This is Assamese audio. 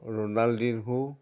ৰণাল্ডিন্হো